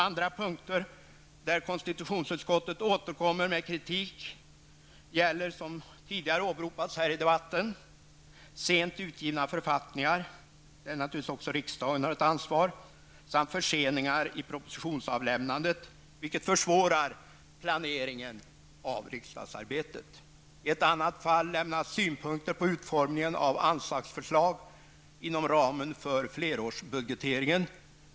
Andra punkter där konstitutionsutskottet återkommer med kritik gäller, som tidigare åberopats här i debatten, sent utgivna författningar -- där naturligtvis också riksdagen har ett ansvar -- samt förseningar i propositionsavlämnandet, vilka försvårar planeringen av riksdagsarbetet. I ett annat fall lämnas synpunkter på utformningen av anslagsförslag inom ramen för flerårsbudgeteringen.